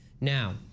Now